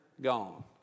gone